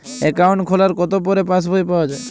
Account খোলার কতো পরে পাস বই পাওয়া য়ায়?